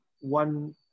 one